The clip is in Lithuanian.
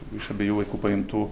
iš abiejų vaikų paimtų